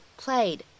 played